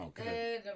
okay